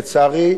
לצערי,